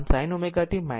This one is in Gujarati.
આમ sin ω t θ છે